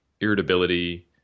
irritability